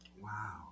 Wow